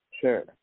Sure